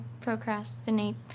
procrastinate